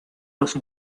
los